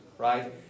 right